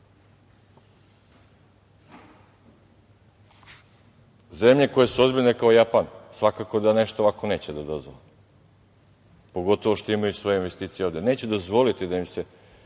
koje su ozbiljne kao Japan svakako da nešto ovako neće da dozvole, pogotovo što imaju svoje investicije ovde. Neće dozvoliti da im